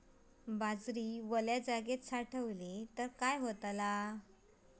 बाजरी वल्या जागेत साठवली तर काय होताला?